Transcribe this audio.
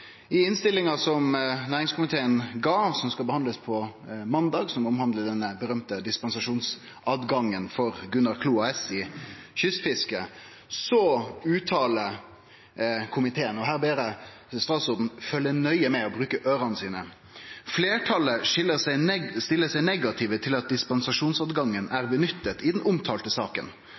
I innstillinga frå næringskomiteen om saka som skal behandlast på måndag, og som omhandlar den berømte retten til dispensasjon for Gunnar Klo AS om kystfiske, uttalar komiteen – og her ber eg statsråden følgje nøye med og bruke øyra sine – følgjande: «Flertallet stiller seg negative til at dispensasjonsadgangen er benyttet i den omtalte